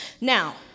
Now